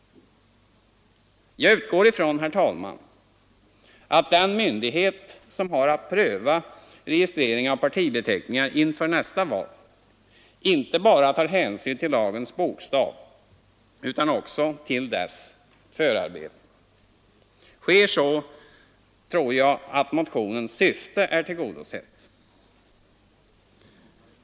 Jag utgår ifrån, herr talman, att den myndighet som har att pröva registrering av partibeteckningar inför nästa val inte bara tar hänsyn till lagens bokstav utan också till förarbetena. Sker så tror jag att motionens syfte är tillgodosett.